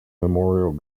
memorial